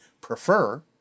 prefer